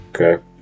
Okay